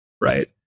right